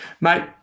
Mate